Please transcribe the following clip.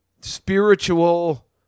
spiritual